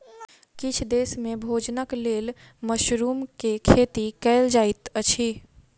किछ देस में भोजनक लेल मशरुम के खेती कयल जाइत अछि